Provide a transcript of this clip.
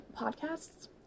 Podcasts